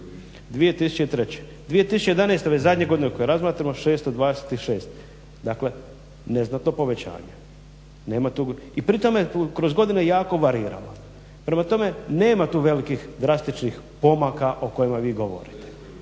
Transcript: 2003., 2011. ove zadnje godine u kojoj razmatramo 626. Dakle, neznatno povećanje, nema tu, i pri tome kroz godine jako varirala. Prema tome nema tu velikih drastičnih pomaka o kojima vi govorite,